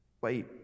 wait